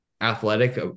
athletic